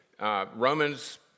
Romans